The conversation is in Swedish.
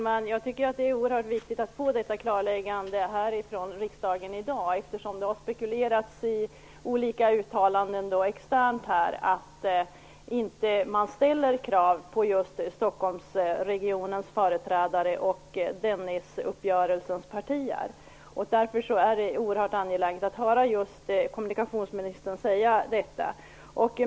Fru talman! Eftersom det har spekulerats i olika uttalanden externt tycker jag att det är oerhört viktigt att i dag från riksdagen få detta klarläggande, att man inte ställer krav på just Stockholmsregionens företrädare och Dennisuppgörelsens partier. Därför är det oerhört angeläget att höra kommunikationsministern säga detta.